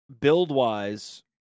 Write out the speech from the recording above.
build-wise